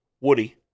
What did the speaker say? Woody